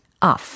off